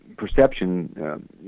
Perception